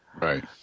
Right